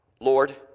Lord